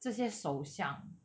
这些首相